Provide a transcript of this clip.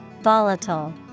Volatile